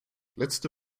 letzte